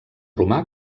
romà